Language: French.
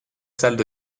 salles